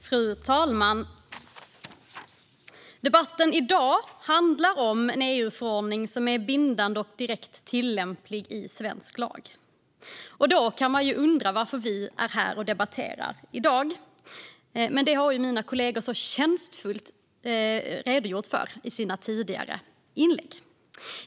Fru talman! Denna debatt handlar om en EU-förordning som är bindande och direkt tillämplig i svensk lag. Då kan man undra varför vi är här och debatterar i dag. Men det har mina kollegor förtjänstfullt redogjort för i sina anföranden.